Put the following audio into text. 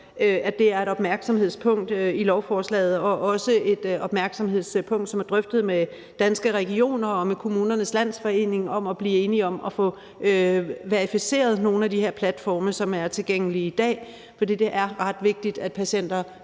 at det er et opmærksomhedspunkt i lovforslaget og også et opmærksomhedspunkt, som er drøftet med Danske Regioner og med Kommunernes Landsforening i forhold til at blive enige om at få verificeret nogle af de her platforme, som er tilgængelige i dag. For det er ret vigtigt, at patienter